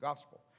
gospel